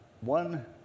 one